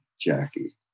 Jackie